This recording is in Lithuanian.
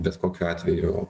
bet kokiu atveju